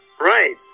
Right